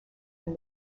and